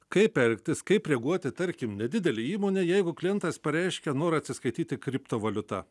kaip elgtis kaip reaguoti tarkim nedidelė įmonė jeigu klientas pareiškia norą atsiskaityti kriptovaliuta